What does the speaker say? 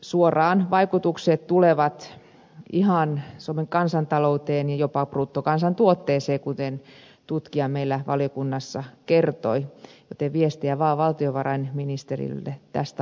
joten vaikutukset tulevat suoraan ihan suomen kansantalouteen ja jopa bruttokansantuotteeseen kuten tutkija meillä valiokunnassa kertoi joten viestiä vain valtiovarainministerille tästä asiasta